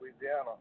Louisiana